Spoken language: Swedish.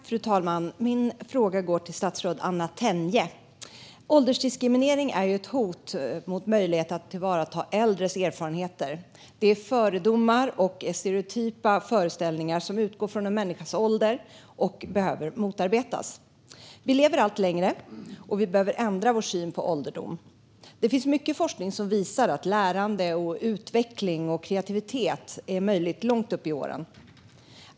Fru talman! Min fråga går till statsrådet Anna Tenje. Åldersdiskriminering är ett hot mot möjligheten att tillvarata äldres erfarenheter. De fördomar och stereotypa föreställningar som utgår från en människas ålder behöver motarbetas. Vi lever allt längre och behöver ändra vår syn på ålderdom. Det finns mycket forskning som visar att lärande, utveckling och kreativitet är möjligt långt upp i åren.